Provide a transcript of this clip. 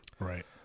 Right